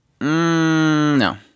no